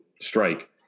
strike